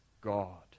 God